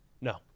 No